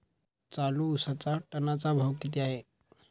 चालू उसाचा टनाचा भाव किती आहे?